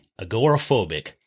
agoraphobic